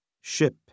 Ship